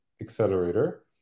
accelerator